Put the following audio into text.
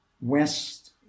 West